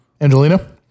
Angelina